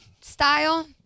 style